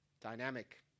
dynamic